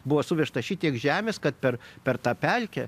buvo suvežta šitiek žemės kad per per tą pelkę